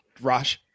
rosh